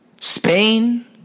Spain